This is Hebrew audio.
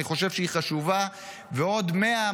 אני חושב שהיא חשובה ועוד 100,